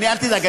אל תדאג,